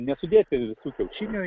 nesudėti visų kiaušinių